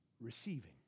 receiving